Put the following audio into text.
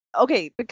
okay